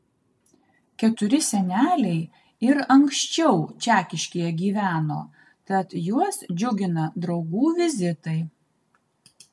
keturi seneliai ir anksčiau čekiškėje gyveno tad juos džiugina draugų vizitai